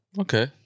Okay